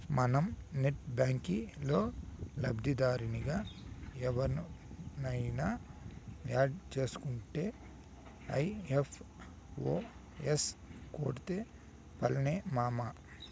మనం నెట్ బ్యాంకిల్లో లబ్దిదారునిగా ఎవుర్నయిన యాడ్ సేసుకుంటే ఐ.ఎఫ్.ఎం.ఎస్ కోడ్తో పన్లే మామా